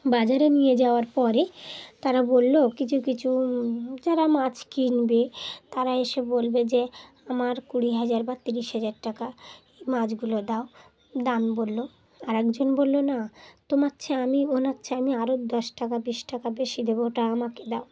বাজারে নিয়ে যাওয়ার পরে তারা বললো কিছু কিছু যারা মাছ কিনবে তারা এসে বলবে যে আমার কুড়ি হাজার বা তিরিশ হাজার টাকা মাছগুলো দাও দাম বললো আর একজন বললো না তোমার চেয়ে আমি ওনার চেয়ে আমি আরও দশ টাকা বিশ টাকা বেশি দেবো ওটা আমাকে দাও